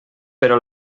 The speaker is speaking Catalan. però